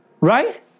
Right